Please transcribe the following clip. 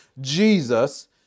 Jesus